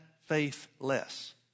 faithless